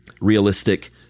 realistic